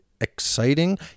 exciting